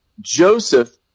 Joseph